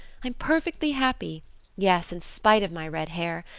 i'm perfectly happy yes, in spite of my red hair.